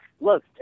look